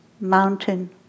mountain